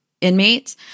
inmates